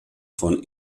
von